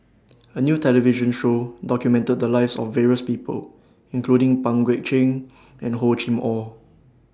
A New television Show documented The Lives of various People including Pang Guek Cheng and Hor Chim Or